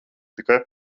tikai